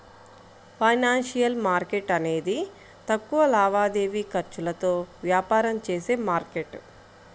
financial market అనేది తక్కువ లావాదేవీ ఖర్చులతో వ్యాపారం చేసే మార్కెట్